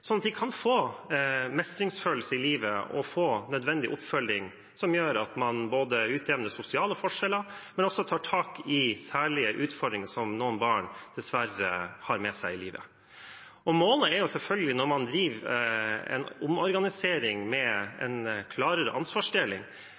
sånn at de kan få mestringsfølelse og få nødvendig oppfølging som gjør at man både utjevner sosiale forskjeller og tar tak i særlige utfordringer som noen barn dessverre har med seg i livet. Målet er selvfølgelig når man driver en omorganisering med